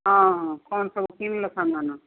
ହଁ କ'ଣ ସବୁ କିଣିଲ ସାମାନ